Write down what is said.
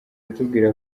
atubwira